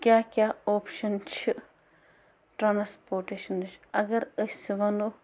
کیٛاہ کیٛاہ اوپشَن چھِ ٹرٛانسپوٹیشنٕچ اَگر أسۍ وَنو